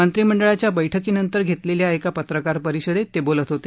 मंत्रीमंडळाच्या बैठकीनंतर घेतलेल्या एका पत्रकार परिषदेत ते बोलत होते